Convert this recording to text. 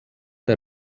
der